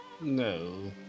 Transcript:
No